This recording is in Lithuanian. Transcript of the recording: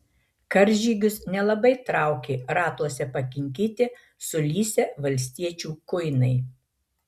karžygius nelabai traukė ratuose pakinkyti sulysę valstiečių kuinai